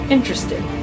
Interesting